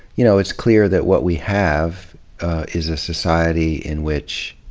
you know, it's clear that what we have is a society in which,